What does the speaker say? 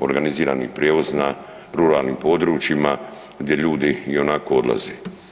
organizirani prijevoz na ruralnim područjima gdje ljudi ionako odlaze.